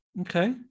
okay